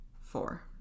four